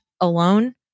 alone